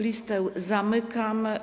Listę zamykam.